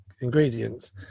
ingredients